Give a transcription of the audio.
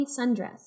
sundress